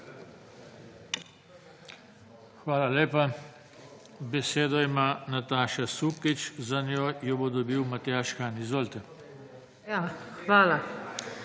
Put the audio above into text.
Hvala lepa. Besedo ima Nataša Sukič, za njo jo bo dobil Matjaž Han. Izvolite.